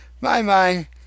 bye-bye